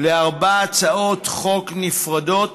לארבע הצעות חוק נפרדות,